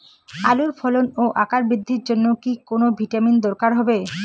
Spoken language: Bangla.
আলুর ফলন ও আকার বৃদ্ধির জন্য কি কোনো ভিটামিন দরকার হবে?